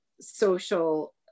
social